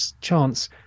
chance